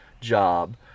job